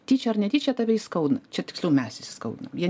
tyčia ar netyčia tave įskaudino čia tiksliau mes įskaudinom jie